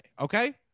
Okay